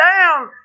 down